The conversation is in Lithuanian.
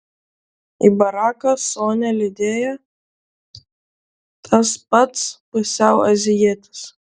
į baraką sonią lydėjo tas pats pusiau azijietis